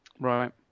Right